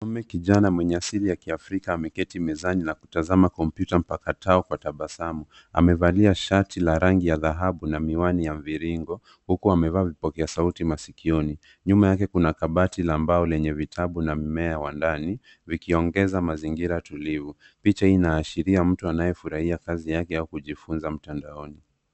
Mwanaume kijana mwenye asili ya kiafrika ameketi mezani na kutazama kompyuta mpakatao kwa tabasamu amevalia shati la rangi ya dhahabu na miwani ya mviringo huku amevaa vipokea sauti masikioni nyuma yake kuna kabati la mbao lenye vitabu na mmea wa ndani vikiongeza mazingira tulivu picha inaashiria mtu anayefurahia kazi yake ya kujifunza mtandaoni.